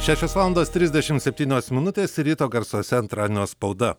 šešios valandos trisdešimt septynios minutės ryto garsuose antradienio spauda